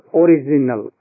original